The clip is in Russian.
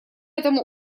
этому